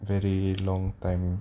very long time